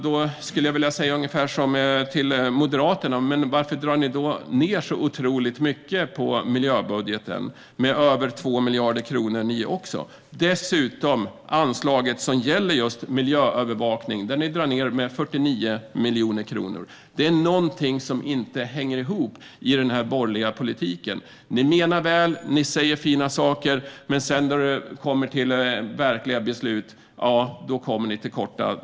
Då vill jag säga ungefär som till Moderaterna: Men varför drar ni då ned så otroligt mycket på miljöbudgeten? Ni drar också ned med över 2 miljarder kronor. Dessutom drar ni ned med 49 miljoner kronor just på anslaget gällande miljöövervakning. Det är något som inte hänger ihop i den borgerliga politiken. Ni menar väl och säger fina saker, men när det kommer till verkliga beslut kommer ni till korta.